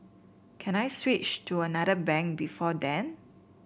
can I switch to another bank before then